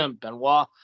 Benoit